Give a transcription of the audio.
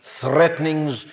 threatenings